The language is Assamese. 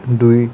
দুই